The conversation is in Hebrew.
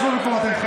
תתבייש לך.